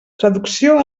traducció